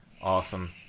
Awesome